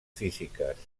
físiques